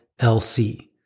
lc